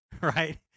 right